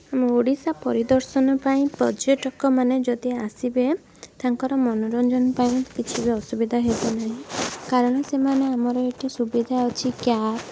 ଆମ ଓଡିଶା ପରିଦର୍ଶନ ପାଇଁ ପର୍ଯ୍ୟଟକମାନେ ଯଦି ଆସିବେ ତାଙ୍କର ମନୋରଞ୍ଜନ ପାଇଁ କିଛି ବି ଅସୁବିଧା ହେବ ନାହିଁ କାରଣ ସେମାନେ ଆମର ଏଠି ସୁବିଧା ଅଛି କ୍ୟାବ୍